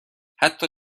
حتی